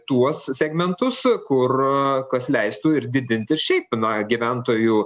tuos segmentus kur kas leistų ir didint ir šiaip na gyventojų